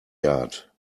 yard